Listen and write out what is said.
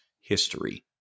history